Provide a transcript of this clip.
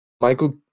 Michael